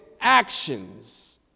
actions